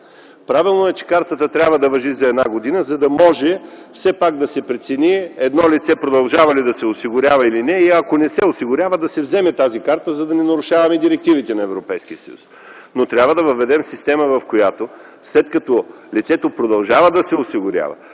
Правилно е, че картата трябва да важи за една година, за да може да се прецени дали едно лице продължава да се осигурява или не. Ако не се осигурява, картата трябва да се вземе, за да не нарушаваме директивите на Европейския съюз. Но трябва да въведем система, в която след като лицето продължава да се осигурява,